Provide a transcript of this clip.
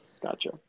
Gotcha